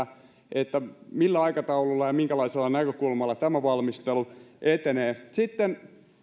olisin kysynyt niistä millä aikataululla ja minkälaisella näkökulmalla tämä valmistelu etenee sitten